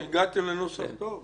הגעתם לנוסח טוב,